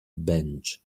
bench